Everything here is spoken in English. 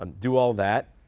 um do all that.